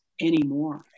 anymore